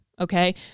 Okay